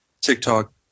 TikTok